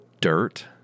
dirt